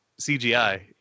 cgi